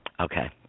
Okay